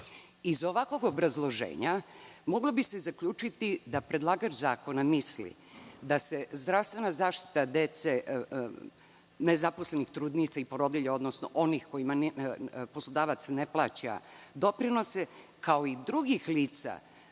ovakvog obrazloženja moglo bi se zaključiti da predlagač zakona misli da se zdravstvena zaštita dece, nezaposlenih trudnica i porodilja, odnosno onih kojima poslodavac ne plaća doprinose, kao i drugih lica